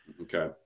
okay